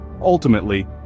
ultimately